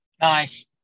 Nice